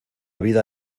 vida